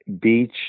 beach